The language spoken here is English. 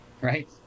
right